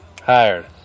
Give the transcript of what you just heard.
Hired